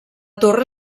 torre